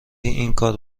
اینکار